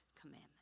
commandment